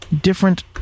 different